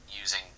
using